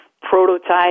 prototype